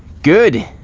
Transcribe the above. good.